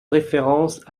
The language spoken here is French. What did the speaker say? référence